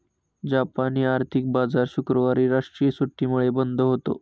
जापानी आर्थिक बाजार शुक्रवारी राष्ट्रीय सुट्टीमुळे बंद होता